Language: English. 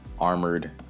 armored